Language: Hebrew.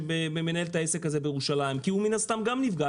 שמנהל את העסק הזה בירושלים כי מן הסתם גם הוא נפגע.